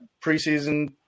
preseason